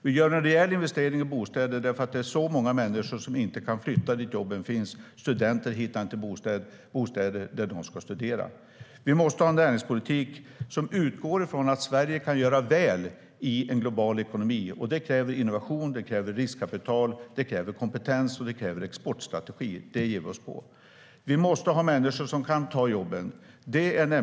Vi gör en rejäl investering i bostäder, för det finns alltför många som inte kan flytta dit där jobben finns, och studenter hittar inte bostäder på orter där de ska studera. Vi måste ha en näringspolitik som utgår från att Sverige kan göra väl i en global ekonomi. Det kräver innovation, det kräver riskkapital, det kräver kompetens och det kräver en exportstrategi. Det ger vi oss på. Vi måste ha människor som kan ta jobben.